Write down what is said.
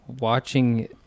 watching